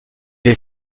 est